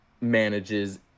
manages